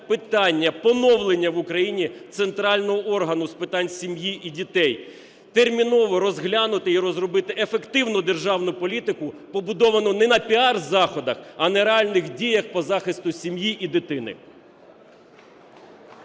питання поновлення в Україні центрального органу з питань сім'ї і дітей. Терміново розглянути і розробити ефективну державну політику побудовану не на піар-заходах, а на реальних діях по захисту сім'ї і дитини.